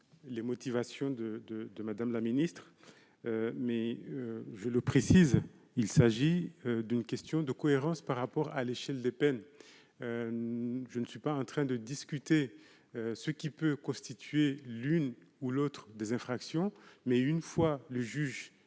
les motivations de, de, de Madame la Ministre, mais je le précise, il s'agit d'une question de cohérence par rapport à l'échelle des peines, je ne suis pas en train de discuter ce qui peut constituer l'une ou l'autre des infractions, mais une fois le juge